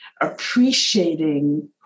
appreciating